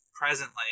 presently